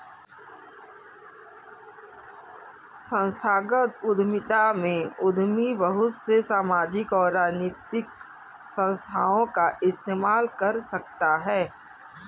संस्थागत उद्यमिता में उद्यमी बहुत से सामाजिक और राजनैतिक संस्थाओं का इस्तेमाल कर सकता है